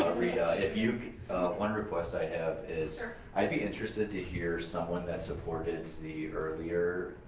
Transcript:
rita, if you can one request i have is i'd be interested to hear someone that supported the earlier